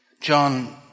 John